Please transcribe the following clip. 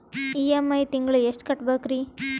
EMI ತಿಂಗಳ ಎಷ್ಟು ಕಟ್ಬಕ್ರೀ?